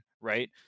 right